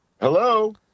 Hello